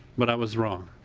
but i was wrong.